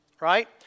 Right